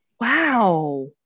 Wow